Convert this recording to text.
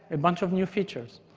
a bunch of new features.